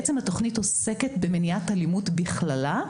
בעצם, התוכנית עוסקת במניעת אלימות בכללה,